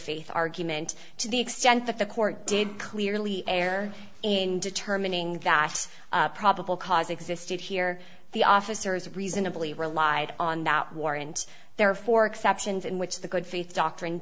faith argument to the extent that the court did clearly err in determining that probable cause existed here the officers reasonably relied on not war and therefore exceptions in which the good faith doctrine